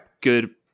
good